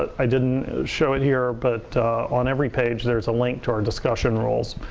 i didn't show it here, but on every page, there's a link to our discussion rules,